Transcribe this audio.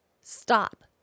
stop